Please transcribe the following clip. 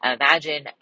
Imagine